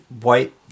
white